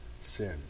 sin